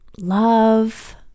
love